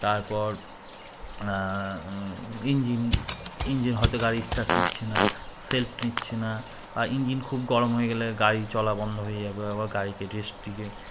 তারপর engine engine হয়তো গাড়ি স্টার্ট নিচ্ছে না সেলফ নিচ্ছে না বা ইঞ্জিন খুব গরম হয়ে গেলে গাড়ি চলা বন্ধ হয়ে যাবে আবার গাড়িকে রেস্ট দিয়ে